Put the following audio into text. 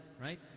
right